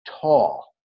tall